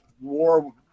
war